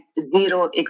zero